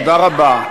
תודה רבה.